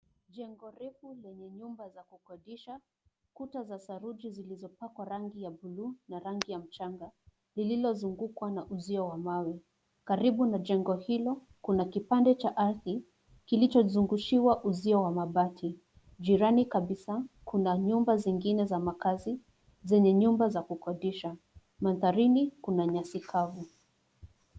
Jengo refu lenye nyumba za kukodisha, kuta za saruji zilizopakwa rangi ya blue na rangi ya mchanga, lililozungukwa na uzio wa mawe. Karibu na jengo hilo, kuna kipande cha ardhi kilichozungushiwa uzio wa mabati. Jirani kabisa kuna nyumba zingine za makazi zenye nyumba za kukodisha. Mandharini kuna nyasi kavu.